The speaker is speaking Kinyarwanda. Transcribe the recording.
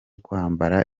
kwambara